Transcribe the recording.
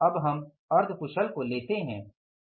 अब हम अर्ध कुशल को लेते हैं